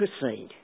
proceed